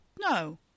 No